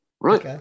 Right